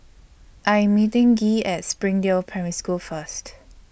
I Am meeting Gee At Springdale Primary School First